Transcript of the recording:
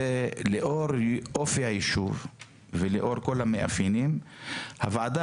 לאור אופי היישוב ולאור כל המאפיינים הוועדה